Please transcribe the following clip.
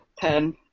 ten